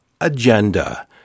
agenda